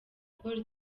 paul